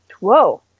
whoa